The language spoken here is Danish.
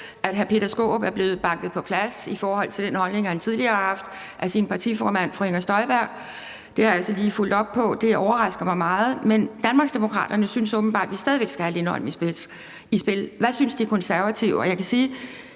at hr. Peter Skaarup er blevet banket på plads i forhold til den holdning, han tidligere har haft, af sin partiformand, fru Inger Støjberg. Det har jeg så lige fulgt op på. Det overrasker mig meget, men Danmarksdemokraterne synes åbenbart stadig væk, vi skal have Lindholm i spil. Hvad synes De Konservative?